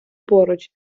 поруч